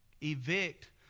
evict